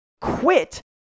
quit